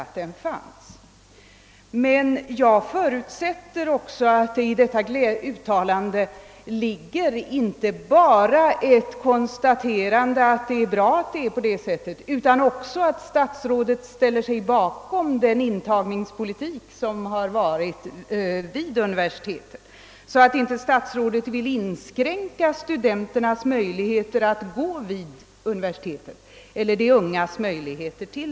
Men jag förutsätter att hans uttalande inte bara innebär ett konstaterande av att det är bra som det är, utan att han också ställer sig bakom den intagningspolitik som har förts vid universitetet; så att inte studenterna riskerar att deras möjligheter att studera vid universitetet inskränks.